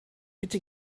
bitte